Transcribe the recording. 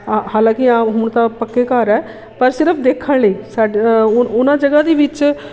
ਆ ਹਾਲਾਂਕਿ ਆ ਹੁਣ ਤਾਂ ਪੱਕੇ ਘਰ ਹੈ ਪਰ ਸਿਰਫ ਦੇਖਣ ਲਈ ਸਾਡੇ ਉਹ ਉਹਨਾਂ ਜਗ੍ਹਾਂ ਦੇ ਵਿੱਚ